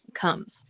comes